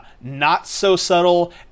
not-so-subtle